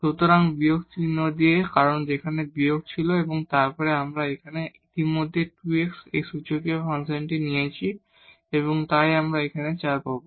সুতরাং বিয়োগ চিহ্ন দিয়ে কারণ সেখানে বিয়োগ ছিল এবং তারপর এখানে আমরা ইতিমধ্যেই 2 x এবং এই সূচকীয় ফাংশন নিয়েছি তাই আমরা এখানে কেবল 4 পাব